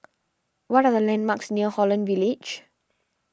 what are the landmarks near Holland Village